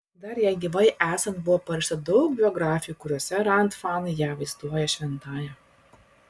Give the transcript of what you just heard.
dar jai gyvai esant buvo parašyta daug biografijų kuriose rand fanai ją vaizduoja šventąja